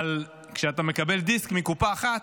אבל כשאתה מקבל דיסק מקופה אחת,